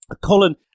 Colin